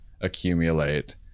accumulate